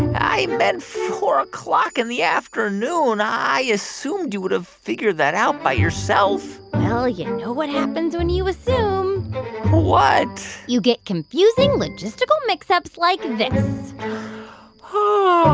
i meant four o'clock in the afternoon. i assumed you would have figured that out by yourself well, you know what happens when you assume what? you get confusing, logistical mix-ups like this ah